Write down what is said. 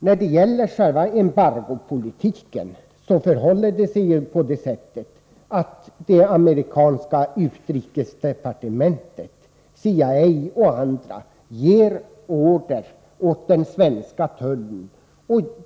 När det gäller embargopolitiken förhåller det sig på det sättet att det amerikanska utrikesdepartementet, CIA och andra ger order åt den svenska tullen.